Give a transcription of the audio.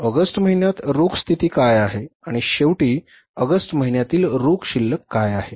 August महिन्यात रोख स्थिती काय आहे आणि शेवटी ऑगस्ट महिन्यातील रोख शिल्लक काय आहे